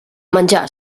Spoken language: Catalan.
menjar